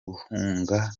guhunga